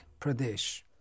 Pradesh